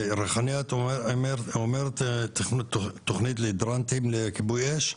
בריחאניה את אומרת תכנית להידרטיים לכיבוי אש?